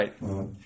right